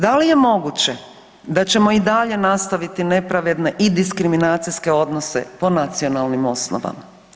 Da li je moguće da ćemo i dalje nastaviti nepravedne i diskriminacijske odnose po nacionalnim osnovama.